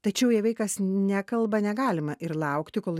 tačiau jei vaikas nekalba negalima ir laukti kol